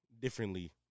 differently